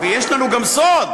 ויש לנו גם סוד,